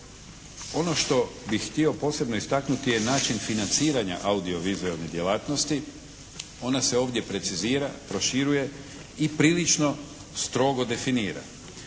Ono što bih htio posebno istaknuti je način financiranja audiovizualnih djelatnosti. Ona se ovdje precizira, proširuje i prilično strogo definira.